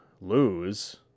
lose –